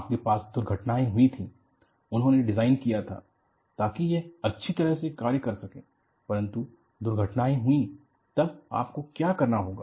आपके साथ दुर्घटनाएं हुई थी उन्होंने डिजाइन किया था ताकि यह अच्छी तरह से कार्य कर सकें परंतु दुर्घटनाएं हुई तब आपको क्या करना होगा